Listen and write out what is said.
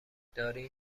دارین